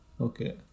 Okay